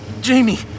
Jamie